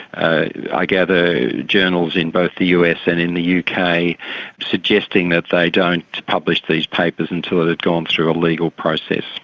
i gather, journals in both the us and in the uk suggesting that they don't publish these papers until it had gone through a legal process.